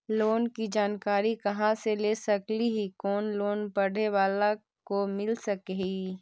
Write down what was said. Loan की जानकारी कहा से ले सकली ही, कोन लोन पढ़े बाला को मिल सके ही?